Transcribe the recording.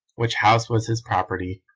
which house was his property,